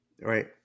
Right